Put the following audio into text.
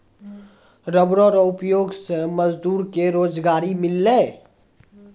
rubber रो उपयोग से मजदूर के रोजगारी मिललै